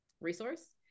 resource